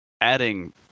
adding